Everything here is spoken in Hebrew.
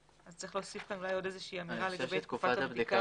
צריך אולי להוסיף כאן איזושהי אמירה לגבי תקופת הבדיקה.